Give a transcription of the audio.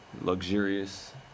luxurious